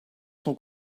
son